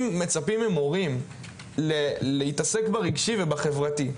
אם מצפים ממורים להתעסק ברגשי ובחברתי,